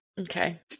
Okay